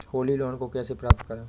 Holi loan को कैसे प्राप्त करें?